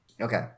Okay